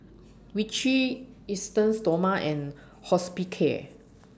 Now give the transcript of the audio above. Vichy Esteem Stoma and Hospicare